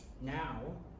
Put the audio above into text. now